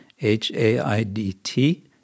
H-A-I-D-T